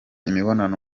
imibonano